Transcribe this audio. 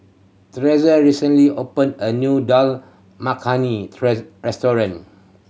recently opened a new Dal Makhani restaurant